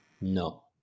No